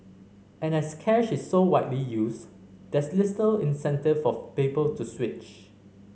and as cash is so widely used there's incentive for people to switch